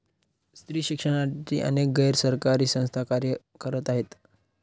स्त्री शिक्षणासाठी अनेक गैर सरकारी संस्था कार्य करत आहेत